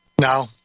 No